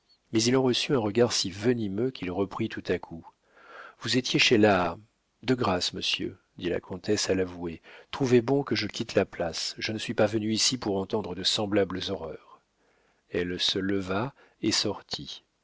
mais il en reçut un regard si venimeux qu'il reprit tout à coup vous étiez chez la de grâce monsieur dit la comtesse à l'avoué trouvez bon que je quitte la place je ne suis pas venue ici pour entendre de semblables horreurs elle se leva et sortit